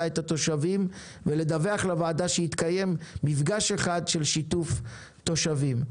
את התושבים ולדווח לוועדה שהתקיים מפגש אחד של שיתוף תושבים.